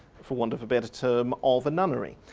for want of a better term, of a nunnery,